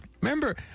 Remember